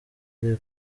uri